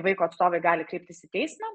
vaiko atstovai gali kreiptis į teismą